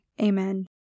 Amen